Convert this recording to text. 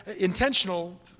intentional